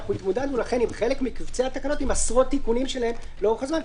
ולכן התמודדנו בחלק מקובצי התקנות עם עשרות תיקונים לאורך זמן,